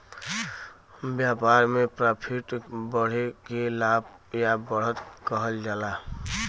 व्यापार में प्रॉफिट बढ़े के लाभ या बढ़त कहल जाला